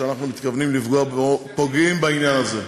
שאנחנו מתכוונים לפגוע או פוגעים בעניין הזה.